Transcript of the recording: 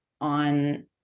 on